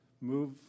move